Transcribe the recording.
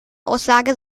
aussage